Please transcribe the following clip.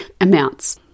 amounts